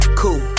cool